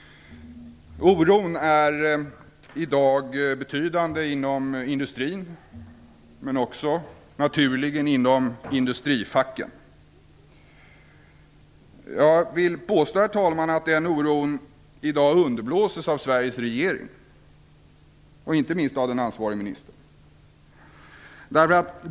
Oron är i dag betydande inom svensk industri men naturligen också inom industrifacken. Jag vill påstå, herr talman, att den oron i dag underblåses av Sveriges regering, inte minst av den ansvarige ministern.